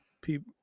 people